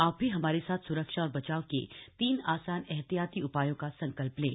आप भी हमारे साथ स्रक्षा और बचाव के तीन आसान एहतियाती उपायों का संकल्प लें